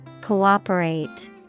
Cooperate